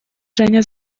женя